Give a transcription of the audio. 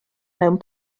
mewn